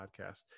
podcast